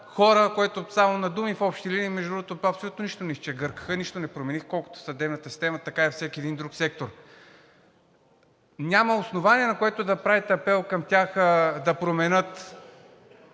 хора, което само на думи в общи линии, между другото, абсолютно нищо не изчегъртваха, нищо не промениха – колкото в съдебната система, така и във всеки един друг сектор. Няма основание, на което да правите апел към тях да променят